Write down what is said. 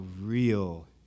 real